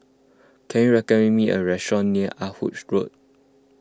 can you recommend me a restaurant near Ah Hood Road